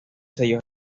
sellos